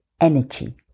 energy